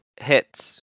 hits